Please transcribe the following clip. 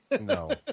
No